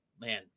man